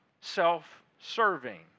self-serving